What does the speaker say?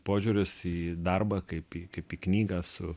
požiūris į darbą kaip į kaip į knygą su